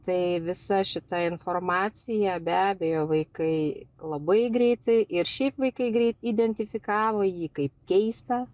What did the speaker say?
tai visa šita informacija be abejo vaikai labai greitai ir šiaip vaikai greit identifikavo jį kaip keistą